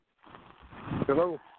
Hello